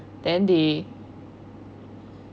then they